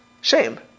Shame